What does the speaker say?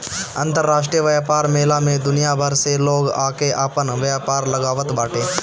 अंतरराष्ट्रीय व्यापार मेला में दुनिया भर से लोग आके आपन व्यापार लगावत बाटे